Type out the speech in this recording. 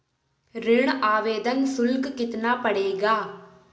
ऋण आवेदन शुल्क कितना पड़ेगा?